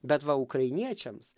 bet va ukrainiečiams